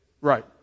Right